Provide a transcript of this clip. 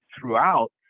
throughout